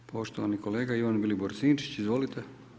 Poštovani kolega Ivan Vilibor Sinčić, izvolite.